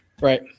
Right